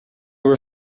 were